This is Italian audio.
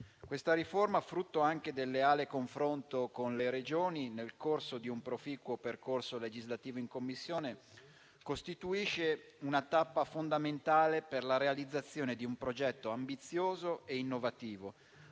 Questa riforma, frutto anche del leale confronto con le Regioni, nel corso di un proficuo percorso legislativo in Commissione, costituisce una tappa fondamentale per la realizzazione di un progetto ambizioso e innovativo,